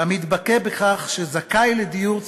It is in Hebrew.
המתבטא בכך שזכאי לדיור ציבורי,